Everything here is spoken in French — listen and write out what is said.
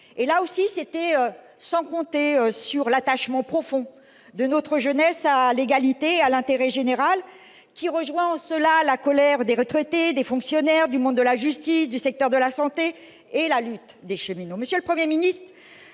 Là aussi, c'était sans compter sur l'attachement profond de notre jeunesse à l'égalité et à l'intérêt général. Cette mobilisation rejoint celle des retraités, des fonctionnaires, du monde de la justice, du secteur de la santé, ainsi que la lutte des cheminots.